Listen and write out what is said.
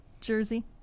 jersey